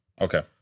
Okay